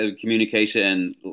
communication